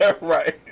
Right